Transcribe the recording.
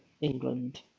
England